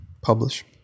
publish